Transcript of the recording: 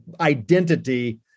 Identity